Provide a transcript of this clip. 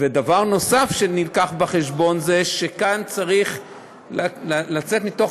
ודבר נוסף שהובא בחשבון זה שכאן צריך לצאת מתוך